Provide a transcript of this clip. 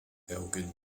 elgin